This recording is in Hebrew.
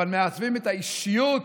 אבל מעצבים את האישיות